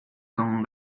con